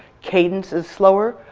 cadence is slower.